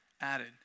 added